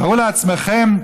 תארו לעצמכם,